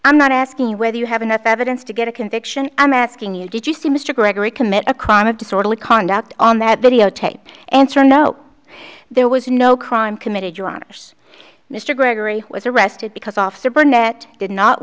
i'm not asking you whether you have enough evidence to get a conviction i'm asking you did you see mr gregory commit a crime of disorderly conduct on that videotape answer no there was no crime committed your honour's mr gregory was arrested because officer barnett did not